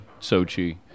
Sochi